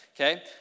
Okay